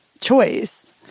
choice